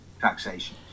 taxation